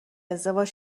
ازدواج